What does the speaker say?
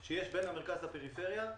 יש בין המרכז לפריפריה.